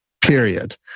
Period